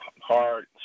hard